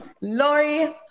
Lori